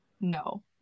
no